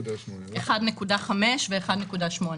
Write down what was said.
1.5 ו-1.8.